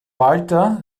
walter